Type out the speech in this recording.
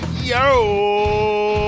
Yo